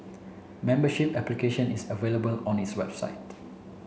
membership application is available on its website